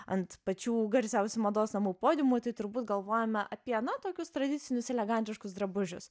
ant pačių garsiausių mados namų podiumų tai turbūt galvojame apie na tokius tradicinius elegantiškus drabužius